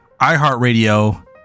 iHeartRadio